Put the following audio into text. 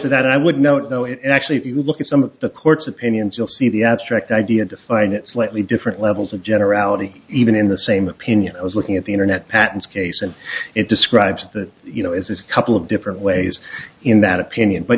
for that i would note though it actually if you look at some of the court's opinions you'll see the abstract idea define it slightly different levels of generality even in the same opinion as looking at the internet patents case and it describes that you know as a couple of different ways in that opinion but